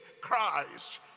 christ